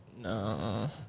No